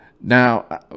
Now